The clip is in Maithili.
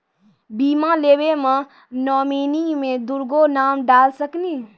बीमा लेवे मे नॉमिनी मे दुगो नाम डाल सकनी?